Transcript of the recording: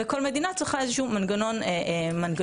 וכל מדינה צריכה איזשהו מנגנון ביצוע,